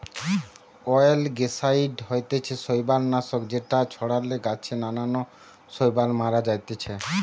অয়েলগেসাইড হতিছে শৈবাল নাশক যেটা ছড়ালে গাছে নানান শৈবাল মারা জাতিছে